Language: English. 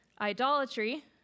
Idolatry